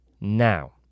Now